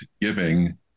giving